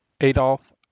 Adolf